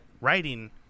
writing